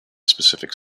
specific